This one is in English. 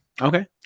Okay